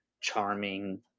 charming